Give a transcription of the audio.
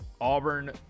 Auburn